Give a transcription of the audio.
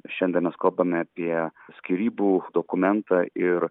šiandien mes kalbame apie skyrybų dokumentą ir